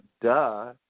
duh